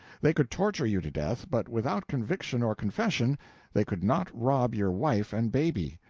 they could torture you to death, but without conviction or confession they could not rob your wife and baby.